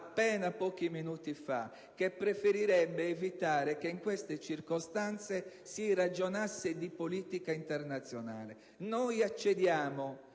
appena pochi minuti fa che preferirebbe evitare che in queste circostanze si ragionasse di politica internazionale. Noi accediamo